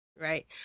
Right